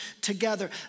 together